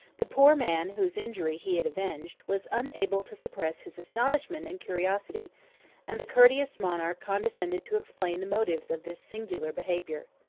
the poor man, whose injury he had avenged, was unable to suppress his astonishment and curiosity and the courteous monarch condescended to explain the motives of this singular behavior.